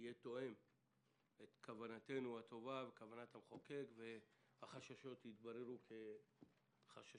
יהיה תואם את כוונתנו הטובה וכוונת המחוקק ושהחששות יתבררו רק כחששות.